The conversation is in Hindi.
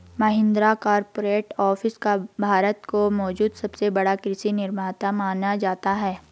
महिंद्रा कॉरपोरेट ऑफिस को भारत में मौजूद सबसे बड़ा कृषि निर्माता माना जाता है